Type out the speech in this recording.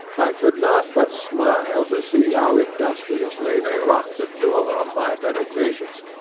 i could not but smile to see how industriously they locked the door on my meditations,